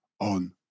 on